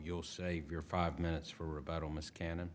you'll say your five minutes for about almost cannon